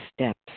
steps